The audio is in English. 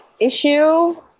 issue